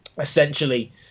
essentially